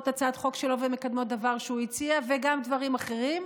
הצעת חוק שלו ומקדמות דבר שהוא הציע וגם דברים אחרים.